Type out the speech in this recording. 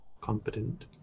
competent